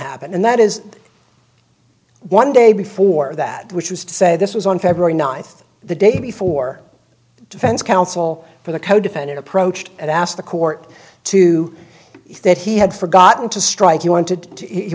happen and that is one day before that which was to say this was on february ninth the day before defense counsel for the codefendant approached and asked the court to see that he had forgotten to strike he wanted to